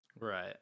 right